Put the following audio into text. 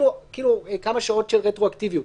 כאילו כמה שעות של רטרואקטיביות.